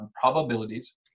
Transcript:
probabilities